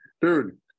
Dude